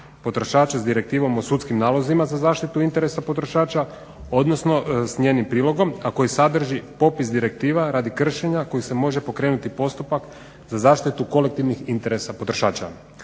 potrošača sa Direktivom o sudskim nalozima za zaštitu interesa potrošača, odnosno s njenim prilogom a koji sadrži popis direktiva radi kršenja koji se može pokrenuti postupak za zaštitu kolektivnih interesa potrošača.